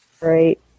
Right